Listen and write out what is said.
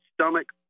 stomach